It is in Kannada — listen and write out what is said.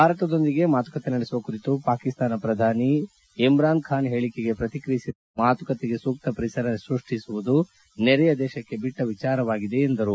ಭಾರತದೊಂದಿಗೆ ಮಾತುಕತೆ ನಡೆಸುವ ಕುರಿತು ಪಾಕಿಸ್ತಾನ ಪ್ರಧಾನಿ ಇಮ್ರಾನ್ ಖಾನ್ ಹೇಳಿಕೆಗೆ ಪ್ರತಿಕ್ರಿಯಿಸಿರುವ ಮೂಲಗಳು ಮಾತುಕತೆಗೆ ಸೂಕ್ತ ಪರಿಸರ ಸೃಷ್ಟಿಸುವುದು ನೆರೆಯ ದೇಶಕ್ಕೆ ಬಿಟ್ಟ ವಿಚಾರವಾಗಿದೆ ಎಂದರು